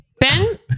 Ben